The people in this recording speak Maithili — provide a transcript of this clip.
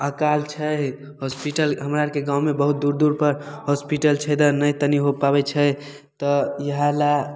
अकाल छै होस्पिटल हमरा आरके गाँवमे बहुत दूर दूरपर होस्पिटल छै तनी हो पाबैत छै तऽ इहए लए